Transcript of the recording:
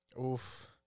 Oof